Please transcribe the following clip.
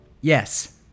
Yes